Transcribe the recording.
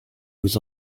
aux